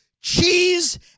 cheese